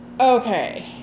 okay